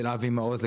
של אבי מעוז,